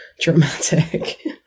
dramatic